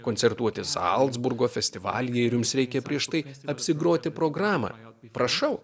koncertuoti zalcburgo festivalyje ir jums reikia prieš tai apsigroti programą prašau